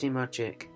magic